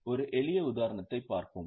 ஒரு எளிய உதாரணத்தைப் பார்ப்போம்